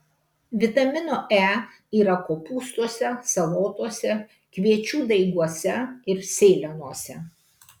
vitamino e yra kopūstuose salotose kviečių daiguose ir sėlenose